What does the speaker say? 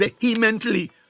vehemently